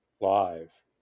live